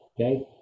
okay